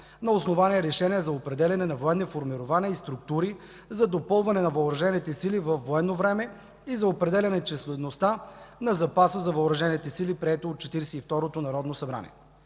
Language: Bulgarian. на основание Решение за определяне на военни формирования и структури за допълване на въоръжените сили във военно време и за определяне числеността на запаса за въоръжените сили, прието от Четиридесет